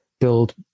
build